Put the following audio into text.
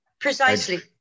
Precisely